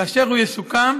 כאשר הוא יסוכם,